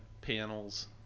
panels